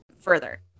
further